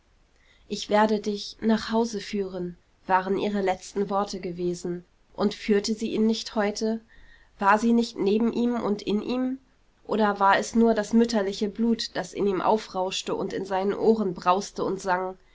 ich werde dich nach hause führen waren ihre letzten worte gewesen und führte sie ihn nicht heute war sie nicht neben ihm und in ihm oder war es nur das mütterliche blut das in ihm aufrauschte und in seinen ohren brauste und sang